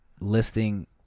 Listing